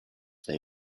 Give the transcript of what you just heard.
they